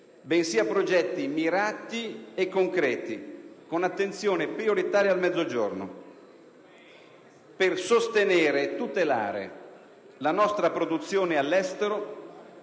bensì a progetti mirati e concreti, con attenzione prioritaria al Mezzogiorno. Per sostenere e tutelare la nostra produzione all'estero